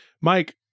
Mike